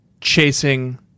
Chasing